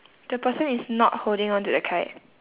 the person is not holding on to the kite